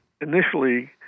initially